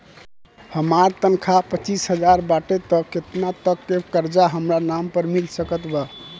हमार तनख़ाह पच्चिस हज़ार बाटे त केतना तक के कर्जा हमरा नाम पर मिल सकत बा?